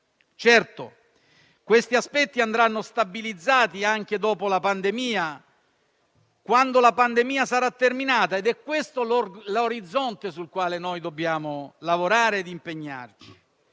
Certo, questi aspetti andranno stabilizzati anche dopo la pandemia, quando sarà terminata, ed è questo l'orizzonte sul quale dobbiamo lavorare ed impegnarci.